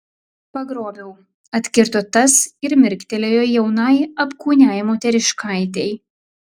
pagrobiau atkirto tas ir mirktelėjo jaunai apkūniai moteriškaitei